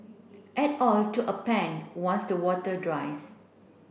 add oil to a pan once the water dries